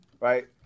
Right